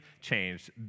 changed